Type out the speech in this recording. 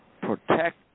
protect